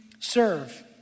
serve